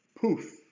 Poof